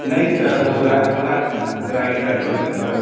नहीं सर वो right side वाले से सर